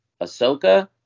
Ahsoka